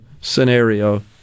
scenario